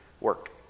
work